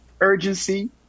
urgency